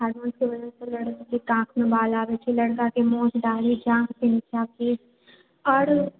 हार्मोन्सके वजहसे लड़कीके काँखमे बाल आबै छै लड़काके मोछ दाढ़ि जाँघकेँ नीचा केश और